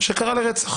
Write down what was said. שקרא לרצח.